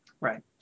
Right